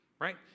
right